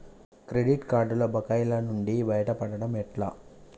Credit కార్డుల బకాయిల నుండి బయటపడటం ఎట్లా?